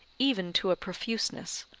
even to a profuseness,